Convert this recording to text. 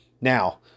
Now